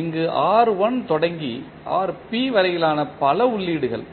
இங்கு R1 தொடங்கி rp வரையிலான பல உள்ளீடுகள்